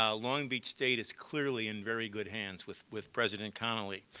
um long beach state is clearly in very good hands with with president conoley.